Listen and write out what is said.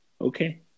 Okay